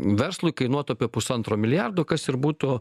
verslui kainuotų apie pusantro milijardo kas ir būtų